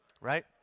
Right